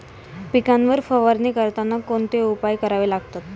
पिकांवर फवारणी करताना कोणते उपाय करावे लागतात?